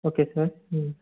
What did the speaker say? okay sir ம்